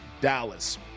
Dallas